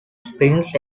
springs